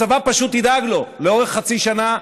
הצבא פשוט ידאג לו לאורך חצי שנה,